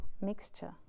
mixture